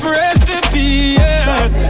recipes